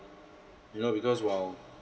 you know because while